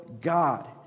God